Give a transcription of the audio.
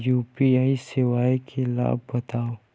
UPI सेवाएं के लाभ बतावव?